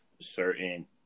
certain